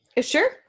Sure